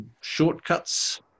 shortcuts